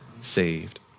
saved